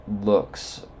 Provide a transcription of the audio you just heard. looks